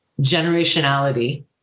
generationality